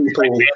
people